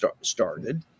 started